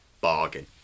bargain